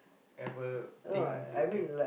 ever think we'll get